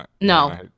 no